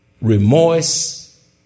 remorse